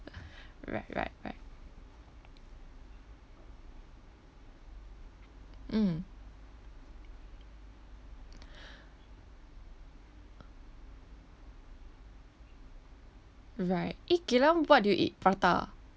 right right right mm right eh geylang what do you eat prata ah